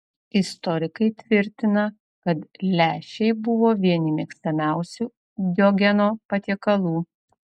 istorikai tvirtina kad lęšiai buvo vieni mėgstamiausių diogeno patiekalų